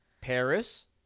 Paris